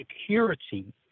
security